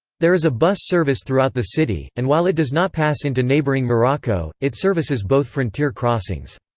there is a bus service throughout the city, and while it does not pass into neighboring morocco, it services both frontier crossings.